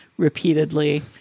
repeatedly